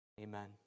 Amen